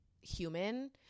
human